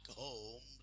home